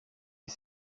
est